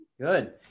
Good